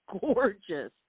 gorgeous